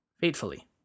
fatefully